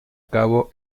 cabo